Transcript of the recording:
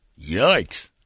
Yikes